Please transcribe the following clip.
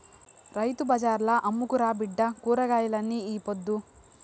రైతు బజార్ల అమ్ముకురా బిడ్డా కూరగాయల్ని ఈ పొద్దు